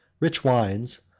rich wines,